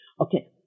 okay